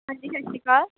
ਹਾਂਜੀ ਸਤਿ ਸ਼੍ਰੀ ਅਕਾਲ